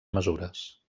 mesures